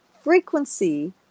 frequency